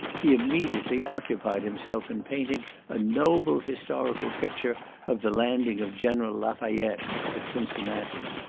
he immediately occupied himself in painting a noble historical picture of the landing of general lafayette at cincinnati.